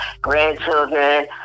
grandchildren